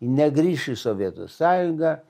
negrįš į sovietų sąjungą